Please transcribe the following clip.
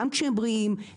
גם כשהם בריאים,